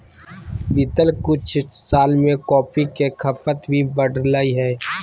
बीतल कुछ साल में कॉफ़ी के खपत भी बढ़लय हें